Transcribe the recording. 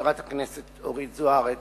חברת הכנסת אורית זוארץ,